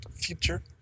Future